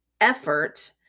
effort